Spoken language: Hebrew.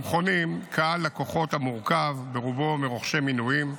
למכונים קהל לקוחות המורכב ברובו מרוכשי מינויים,